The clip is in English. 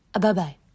Bye-bye